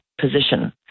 position